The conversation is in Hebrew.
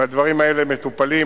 והדברים האלה מטופלים.